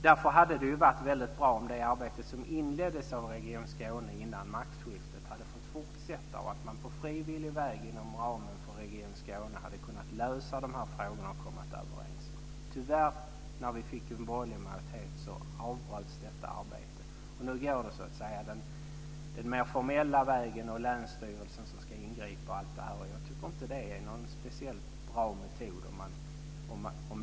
Därför hade det varit väldigt bra om det arbete som inleddes av Region Skåne innan maktskiftet hade fått fortsätta. Då hade man på frivillig väg inom ramen för Region Skåne kunnat lösa de här frågorna och kommit överens. Tyvärr avbröts detta arbete när vi fick en borgerlig majoritet. Nu går det den mer formella vägen med länsstyrelsen som ska ingripa. Jag tycker inte att det är någon speciellt bra metod.